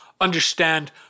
understand